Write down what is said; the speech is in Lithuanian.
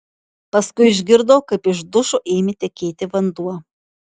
paskui išgirdo kaip iš dušo ėmė tekėti vanduo